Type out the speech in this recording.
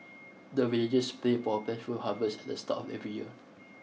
the villagers play for plentiful harvest at the start of every year